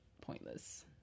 pointless